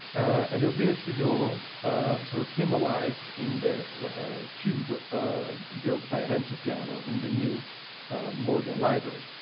and urbino studiolo sort of came alive in the ah cube ah built by renzo piano in the new morgan library.